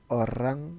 orang